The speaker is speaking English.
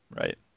Right